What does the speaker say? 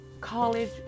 college